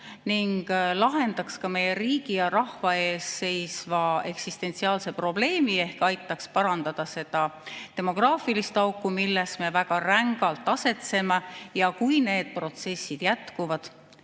ning lahendaks ka meie riigi ja rahva ees seisva eksistentsiaalse probleemi ehk aitaks parandada seda ränka demograafilist auku, milles me asetseme. Kui need protsessid jätkuvad,